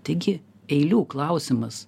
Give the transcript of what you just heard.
taigi eilių klausimas